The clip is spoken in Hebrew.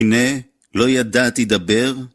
הנה, לא ידעתי דבר.